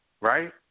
right